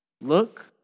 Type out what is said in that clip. Look